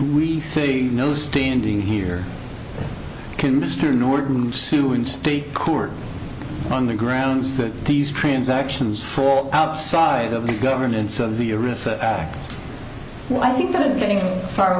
we see no standing here can mr norton sue in state court on the grounds that these transactions for outside of the governance of the arista act well i think that is getting far